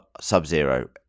Sub-Zero